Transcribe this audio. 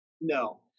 No